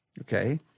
okay